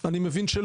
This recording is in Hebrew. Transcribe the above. אני מבין שלא.